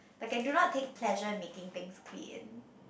okay do not take casual making things clean